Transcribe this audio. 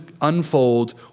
unfold